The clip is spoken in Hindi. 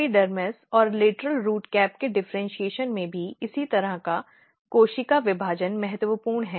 एपिडर्मिस और लेटरल रूट कैप के डिफरेन्शीऐशन में भी इसी तरह का कोशिका विभाजन महत्वपूर्ण है